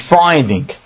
finding